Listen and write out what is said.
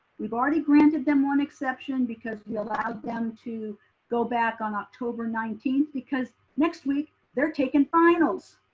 we've already granted them one exception because we allowed them to go back on october nineteenth because next week they're taking finals.